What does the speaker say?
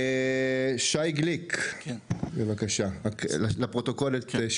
שי גליק, רק תציג את עצמך לפרוטוקול, בבקשה.